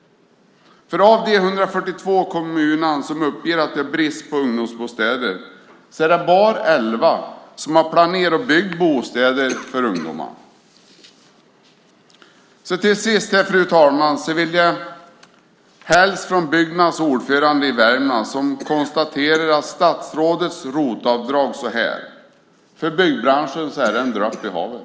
Av de 142 kommuner som uppger att de har brist på ungdomsbostäder är det bara 11 som har planerat att bygga bostäder för ungdomar. Till sist, fru talman, vill jag hälsa från Byggnads ordförande i Värmland som kommenterar statsrådets ROT-avdrag så här: "För byggbranschen är det en droppe i havet."